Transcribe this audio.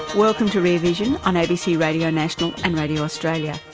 welcome to rear vision on abc radio national and radio australia.